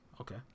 Okay